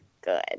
good